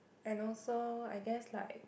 and also I guess like